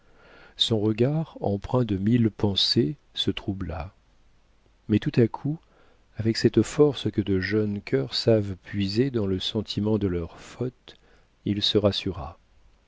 son regard empreint de mille pensées se troubla mais tout à coup avec cette force que de jeunes cœurs savent puiser dans le sentiment de leurs fautes il se rassura